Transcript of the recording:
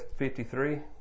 53